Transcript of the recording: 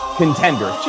contender